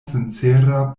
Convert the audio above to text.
sincera